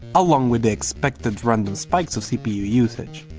along with the expected random spikes of cpu usage.